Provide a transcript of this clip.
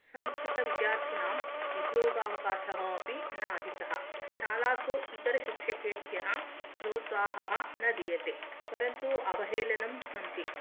संस्कृतविद्यार्थिनाम् उद्योग अवकाशः अपि तु अधिकः न शालासु इतर शिक्षकेभ्यः प्रोत्साहः न दीयते परन्तु अवलेहननं सन्ति